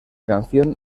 canción